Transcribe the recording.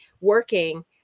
working